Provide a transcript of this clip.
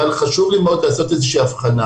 אבל חשוב לי מאוד לעשות הבחנה.